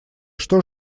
что